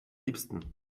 liebsten